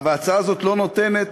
וההצעה הזאת לא נותנת